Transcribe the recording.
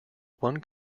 one